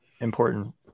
important